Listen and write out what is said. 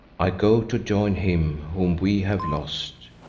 i go to join him whom we have lost,